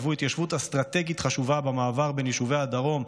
היוו התיישבות אסטרטגית חשובה במעבר בין יישובי הדרום,